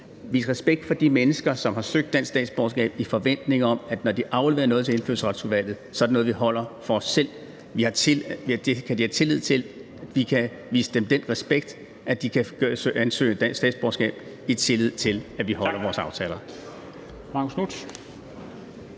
Vis respekt for de mennesker, som har søgt om dansk statsborgerskab i forventning om, at når de afleverer noget til Indfødsretsudvalget, er det noget, vi holder for os selv, og at vi kan vise dem den respekt, at de kan ansøge om dansk statsborgerskab, i tillid til at vi holder vores aftaler.